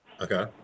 Okay